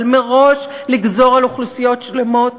אבל מראש לגזור על אוכלוסיות שלמות